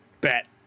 bet